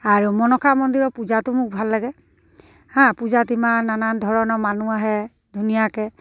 আৰু মনসা মন্দিৰৰ পূজাটো মোক ভাল লাগে হাঁ পূজাত ইমান নানান ধৰণৰ মানুহ আহে ধুনীয়াকৈ